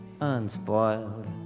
unspoiled